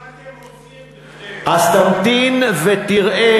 מה אתם עושים כדי, אז תמתין ותראה,